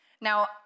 Now